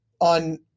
on